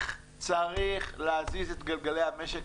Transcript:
צריך להזיז את גלגלי המשק,